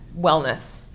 wellness